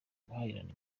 ubuhahirane